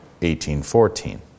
18.14